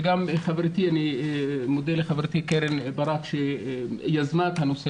וגם אני מודה לחברתי קרן ברק שיזמה את הנושא,